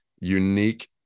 unique